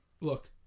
look